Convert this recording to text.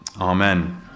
Amen